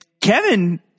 Kevin